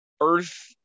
earth